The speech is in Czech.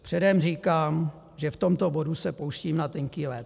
Předem říkám, že v tomto bodu se pouštím na tenký led.